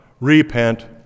Repent